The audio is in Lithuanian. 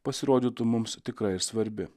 pasirodytų mums tikra ir svarbi